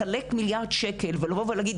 לחלק מיליארד שקל ולא לבוא ולהגיד,